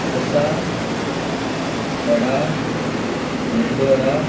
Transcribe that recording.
dosa vada medu वडा